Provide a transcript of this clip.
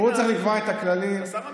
הוא צריך לקבוע את הכללים, שר המשפטים,